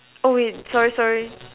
oh wait sorry sorry